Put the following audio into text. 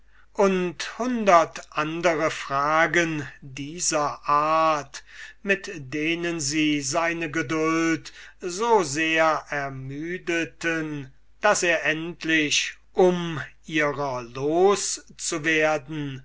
und hundert fragen dieser art mit denen sie seine geduld so sehr ermüdeten daß er endlich um ihrer